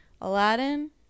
Aladdin